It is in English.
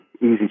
easy